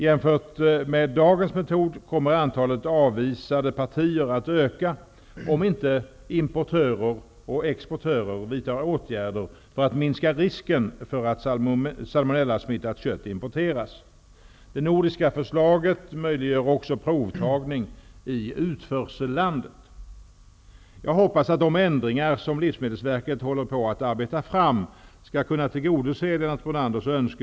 Jämfört med dagens metod kommer antalet avvisade partier att öka om inte importörer och exportörer vidtar åtgärder för att minska risken för att salmonellasmittat kött importeras. Det nordiska förslaget möjliggör också provtagning i utförsellandet. Jag hoppas att de ändringar som Livsmedelsverket håller på att arbeta fram skall kunna tillgodose